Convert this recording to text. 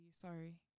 sorry